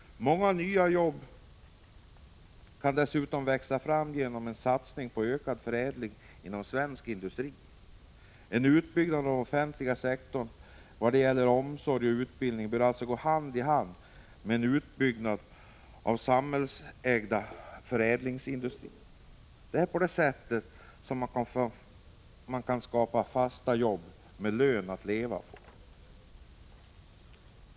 Många nya jobb kan dessutom växa fram genom en satsning på ökad förädling inom svensk industri. En utbyggnad av den offentliga sektorn i vad gäller omsorg och utbildning bör alltså gå hand i hand med en utbyggnad av samhällsägda förädlingsindustrier. Det är på detta sätt som man kan skapa fasta jobb med lön att leva på.